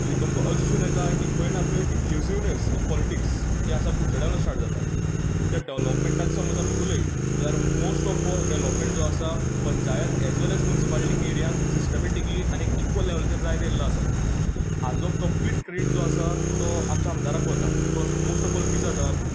थंय तुमकां अशें दिसू येता की खंय ना खंय इनक्लुजीवनेस इ न पोलिटीक्स जे आसा कुडचड्या वयल्यान स्टार्ट जाता जें डेवलोपमेंटा समज आमी उलयत जाल्यार मोस्ट ओफ डेवलोपमेंट जो आसा panchayat as well as municipality एरियांत सिस्टमेटीकली आनीक इकवल लेवलाचेर जायत येल्लो आसा हाजो कंप्लीट क्रेडीट जो आसा तो आमच्या आमदाराक वता बिकोज मोस्ट ओफ ओल किदें जाता